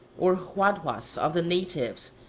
or huadhuas of the natives,